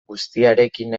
guztiarekin